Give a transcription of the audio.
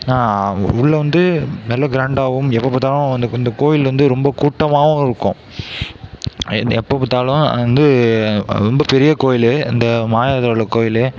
உள்ளே வந்து நல்ல கிராண்டாகவும் எப்போ பார்த்தாலும் இந்த இந்த கோயில் வந்து ரொம்ப கூட்டமாகவும் இருக்கும் எப்போ பார்த்தாலும் வந்து ரொம்ப பெரிய கோயில் இந்த மாயாவரத்துல உள்ள கோயில்